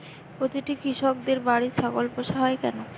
প্রতিটি কৃষকদের বাড়িতে ছাগল পোষা হয় কেন?